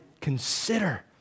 consider